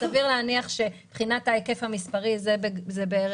סביר להניח שמבחינת ההיקף המספרי זה בערך ההיקף.